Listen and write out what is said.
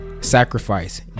Sacrifice